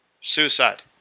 suicide